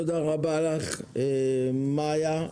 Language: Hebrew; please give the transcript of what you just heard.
תודה רבה לך, מאיה.